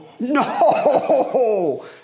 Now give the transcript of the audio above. No